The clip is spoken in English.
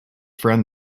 friend